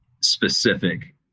specific